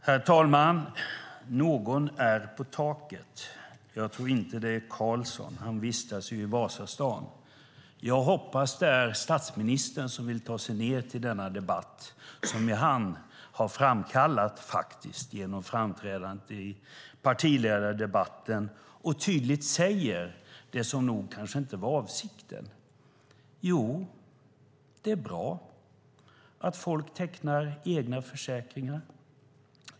Herr talman! Någon är på taket. Jag tror inte att det är Karlsson. Han vistas ju i Vasastan. Jag hoppas att det är statsministern som vill ta sig ned till denna debatt som han faktiskt framkallat genom framträdandet i partiledardebatten och genom att tydligt säga det som kanske inte var avsikten: Jo, det är bra att folk tecknar egna försäkringar.